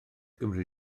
gymri